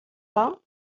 pas